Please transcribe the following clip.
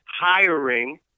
hiring